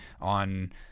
on